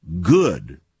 good